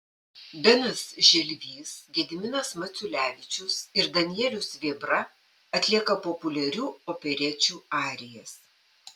benas želvys gediminas maciulevičius ir danielius vėbra atlieka populiarių operečių arijas